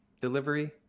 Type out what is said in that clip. delivery